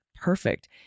perfect